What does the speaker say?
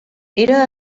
era